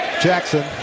Jackson